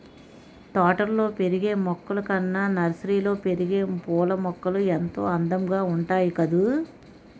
తోటల్లో పెరిగే మొక్కలు కన్నా నర్సరీలో పెరిగే పూలమొక్కలు ఎంతో అందంగా ఉంటాయి కదూ